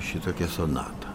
šitokią sonatą